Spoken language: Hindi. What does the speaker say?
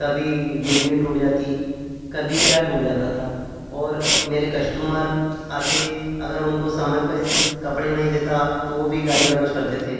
कभी गिरने टूट जाती कभी क्या टूट जाता था और मेरे कश्टमर आते अगर उनको समय पे कपड़े नहीं देता तो वो भी गाली गलौज करते थे